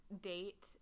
date